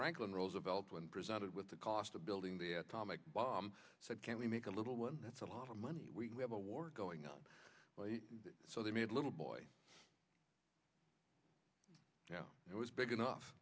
franklin roosevelt when presented with the cost of building the atomic bomb said can we make a little that's a lot of money we have a war going on so they made little boy yeah it was big